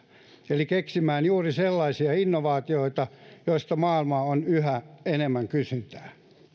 eli keksimään juuri sellaisia innovaatioita joista maailmalla on yhä enemmän kysyntää